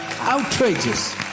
Outrageous